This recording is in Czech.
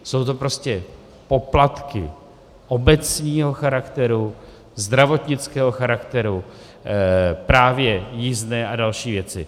Jsou to prostě poplatky obecního charakteru, zdravotnického charakteru, právě jízdné a další věci.